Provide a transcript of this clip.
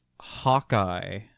Hawkeye